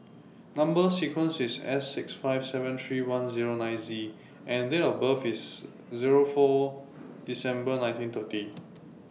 Number sequence IS S six five seven three one Zero nine Z and Date of birth IS Zero four December nineteen thirty